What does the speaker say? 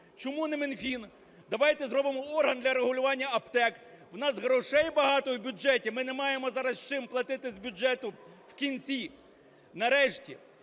Чому не Мінфін? Давайте зробимо орган для регулювання аптек. В нас грошей багато в бюджеті? Ми не маємо зараз чим платити з бюджету в кінці. Нарешті,